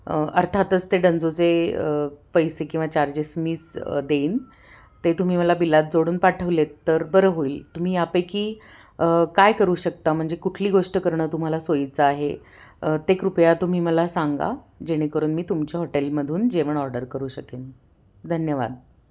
अर्थातच ते डंजोचे पैसे किंवा चार्जेस मीच देईन ते तुम्ही मला बिलात जोडून पाठवलेत तर बरं होईल तुम्ही यापैकी काय करू शकता म्हणजे कुठली गोष्ट करणं तुम्हाला सोयीचं आहे ते कृपया तुम्ही मला सांगा जेणेकरून मी तुमच्या हॉटेलमधून जेवण ऑर्डर करू शकेन धन्यवाद